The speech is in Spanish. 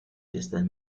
fiestas